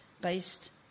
based